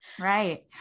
Right